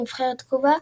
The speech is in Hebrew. נבחרת קובה,